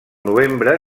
novembre